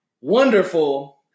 wonderful